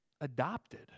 adopted